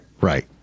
Right